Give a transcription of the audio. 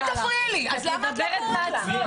צאי מהשוק ותגני על זכותי לדבר.